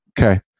okay